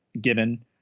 given